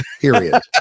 period